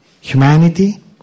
humanity